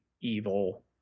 evil